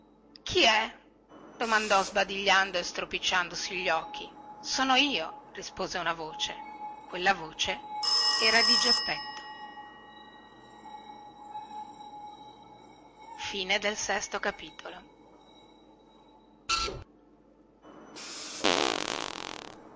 chi è domandò sbadigliando e stropicciandosi gli occhi sono io rispose una voce quella voce era la voce di geppetto